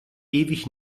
ewig